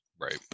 right